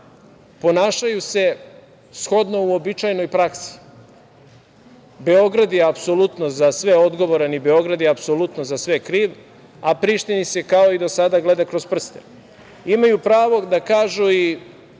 ponašaju se shodno uobičajenoj praksi – Beograd je apsolutno za sve odgovoran i Beograd je apsolutno za sve kriv, a Prištini se kao i do sada gleda kroz proste. Imaju pravo da kažu i